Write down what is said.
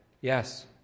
yes